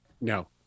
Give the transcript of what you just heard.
No